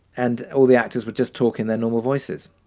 and all the actors would just talk in their normal voices.